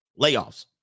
layoffs